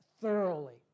thoroughly